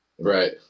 Right